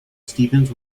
stephens